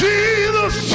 Jesus